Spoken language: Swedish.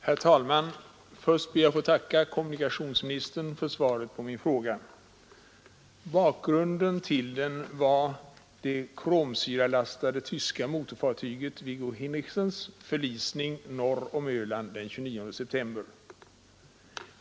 Herr talman! Först ber jag att få tacka kommunikationsministern för svaret på min fråga. Bakgrunden till frågan var det kromsyralastade tyska motorfartyget Viggo Hinrichsens förlisning norr om Öland den 29 september.